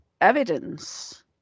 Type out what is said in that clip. evidence